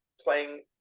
playing